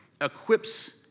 equips